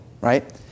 Right